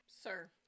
sir